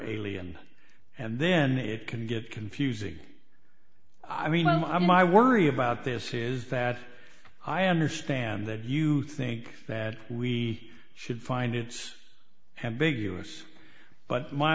alien and then it can get confusing i mean i'm i worry about this is that i understand that you think that we should find it's a big us but my